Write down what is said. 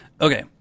Okay